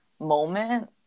moment